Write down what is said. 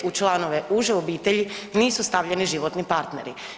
U članove uže obitelji nisu stavljeni životni partneri.